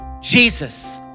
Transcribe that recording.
Jesus